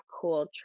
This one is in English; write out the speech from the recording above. cool